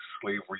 slavery